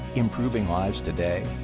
improving lives today,